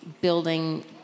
building